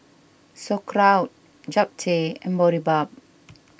Sauerkraut Japchae and Boribap